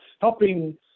helping